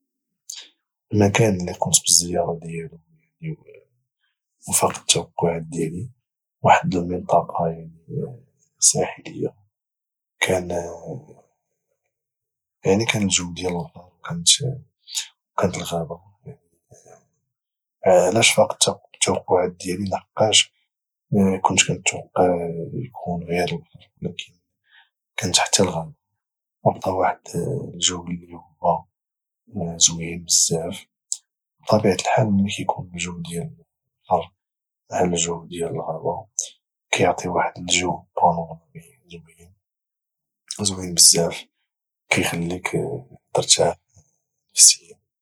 المكان اللي قمت بالزياره دياله ويعني فاق التوقعات ديالي واحد المنطقه يعني ساحليه يعني كان الجو ديال البحر وكانت الغابه يعني علاش فاق التوقعات لحقاش كنت كانتوقع يكون غير البحر ولكن كانت حتى الغابه واعطى واحد الجو اللي هو زوين بزاف وبطبيعة الحال ملي كيكون الجو ديال البحر مع الجو ديال الغابة كيعطي واحد الجو بانورامي زوين بزاف كيخليك ترتاح نفسيا